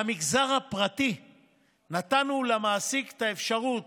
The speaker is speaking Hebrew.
במגזר הפרטי נתנו למעסיק את האפשרות,